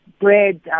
bread